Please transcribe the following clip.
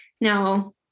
Now